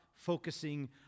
focusing